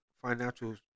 financial